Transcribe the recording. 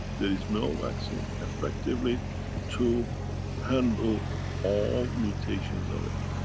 there is no vaccine effectively to handle all mutations of it.